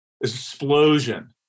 explosion